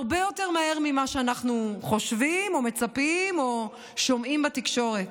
הרבה יותר מהר ממה שאנחנו חושבים או מצפים או שומעים בתקשורת,